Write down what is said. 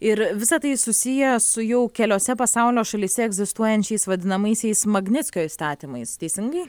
ir visa tai susiję su jau keliose pasaulio šalyse egzistuojančiais vadinamaisiais magnickio įstatymais teisingai